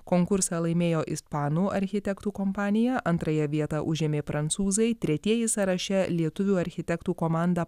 konkursą laimėjo ispanų architektų kompanija antrąją vietą užėmė prancūzai tretieji sąraše lietuvių architektų komanda